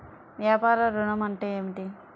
వ్యాపార ఋణం అంటే ఏమిటి?